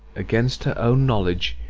against her own knowledge,